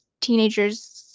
teenagers